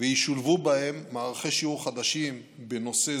וישולבו בהם מערכי שיעור חדשים בנושאי